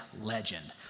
legend